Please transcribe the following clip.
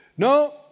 No